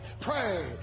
pray